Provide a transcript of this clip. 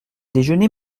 déjeuné